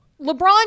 LeBron